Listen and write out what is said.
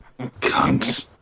Cunts